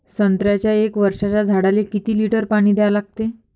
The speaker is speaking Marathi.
संत्र्याच्या एक वर्षाच्या झाडाले किती लिटर पाणी द्या लागते?